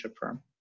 firm